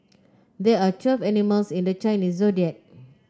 there are twelve animals in the Chinese Zodiac